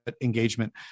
engagement